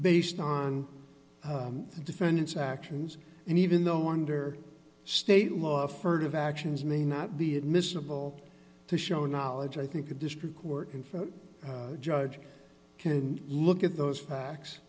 based on the defendant's actions and even though under state law furtive actions may not be admissible to show knowledge i think a district court in for a judge can look at those facts